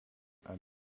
aan